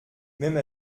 même